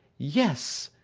yes!